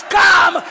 come